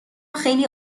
خیلی